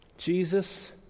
Jesus